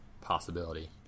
possibility